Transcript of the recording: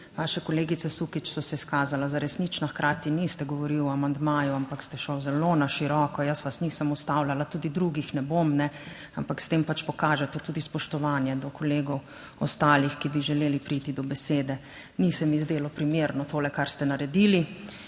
vaše kolegice Sukič so se izkazala za resnična. Hkrati niste govorili o amandmaju, ampak ste šel zelo na široko. Jaz vas nisem ustavljala, tudi drugih ne bom, ampak s tem pač pokažete tudi spoštovanje do kolegov, ostalih, ki bi želeli priti do besede. Ni se mi zdelo primerno to, kar ste naredili,